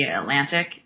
Atlantic